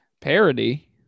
parody